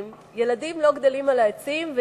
ילדים לא גדלים על העצים,